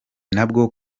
ntabwo